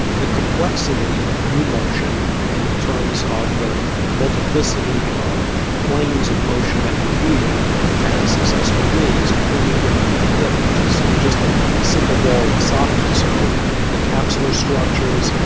the complexity of knee motion in terms of the multiplicity of planes of motion that you need to have a successful knee is completely different than the hip which is just a simple ball and socket. so the capsular structures,